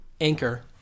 Anchor